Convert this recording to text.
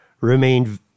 remained